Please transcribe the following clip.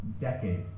decades